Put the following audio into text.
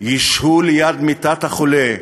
ישהו ליד מיטת החולה,